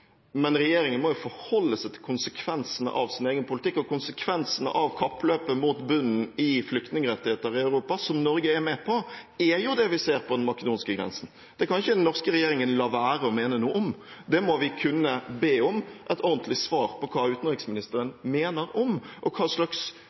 men regjeringen må forholde seg til konsekvensene av sin egen politikk. Og konsekvensene av kappløpet mot bunnen i flyktningerettigheter i Europa som Norge er med på, er jo det vi ser på den makedonske grensen. Det kan ikke den norske regjeringen la være å mene noe om. Det må vi kunne be om et ordentlig svar på hva utenriksministeren